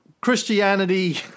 Christianity